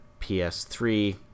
PS3